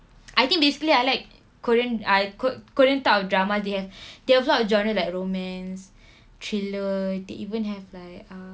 I think basically I like korean I korean korean type of drama they have they have lot of genre like romance thriller they even have like ah